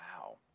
Wow